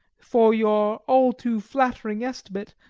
for your all too-flattering estimate,